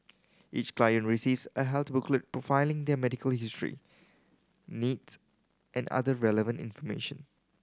each client receives a health booklet profiling their medical history needs and other relevant information